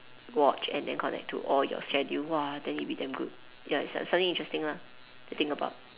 watch and then connect to all your schedule !wah! then it will be damn good ya some~ something interesting lah to think about